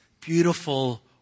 beautiful